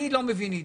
אני לא מבין יידיש,